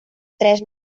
tres